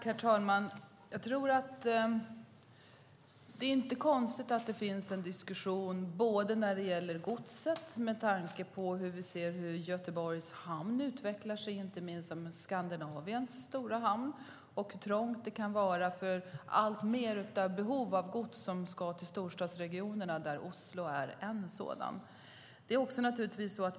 Herr talman! Det är inte konstigt att det finns en diskussion beträffande godset när vi ser hur Göteborgs hamn utvecklas till att bli Skandinaviens stora hamn. Vi ser hur trångt det kan vara för den allt större mängden gods som ska till storstadsregionerna, av vilka Oslo är en.